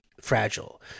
fragile